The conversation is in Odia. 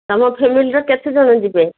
ତମ ଫ୍ୟାମିଲିର କେତେ ଜଣ ଯିବେ